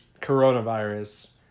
coronavirus